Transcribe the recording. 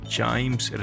Chimes